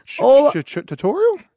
tutorial